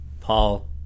Paul